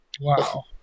Wow